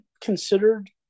considered